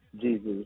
Jesus